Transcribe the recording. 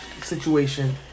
situation